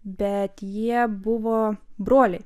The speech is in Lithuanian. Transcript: bet jie buvo broliai